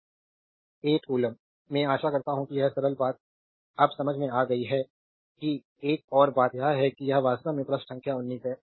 तो 8 कूलम्ब मैं आशा करता हूं कि यह सरल बात अब समझ में आ गई है कि एक और बात यह है कि यह वास्तव में पृष्ठ संख्या 19 है